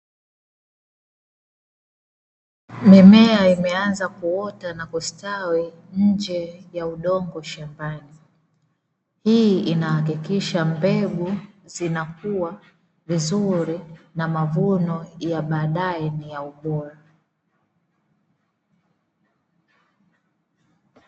Mimea imeanza kuota na kustawi nje ya udongo shambani. Hii inahakikisha mbegu zinakua vizuri na mavuno ya baadaye ni ya ubora.